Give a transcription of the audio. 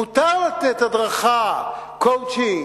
מותר לתת הדרכה כלשהי,